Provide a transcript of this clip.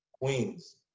Queens